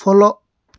follow